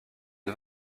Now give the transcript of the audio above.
une